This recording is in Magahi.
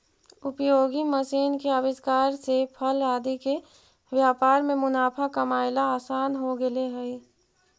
उपयोगी मशीन के आविष्कार से फल आदि के व्यापार में मुनाफा कमाएला असान हो गेले हई